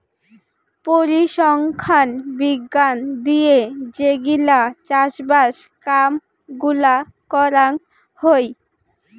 পরিসংখ্যান বিজ্ঞান দিয়ে যে গিলা চাষবাস কাম গুলা করাং হই